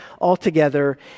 altogether